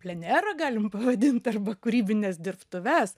plenerą galim pavadint arba kūrybines dirbtuves